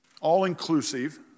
all-inclusive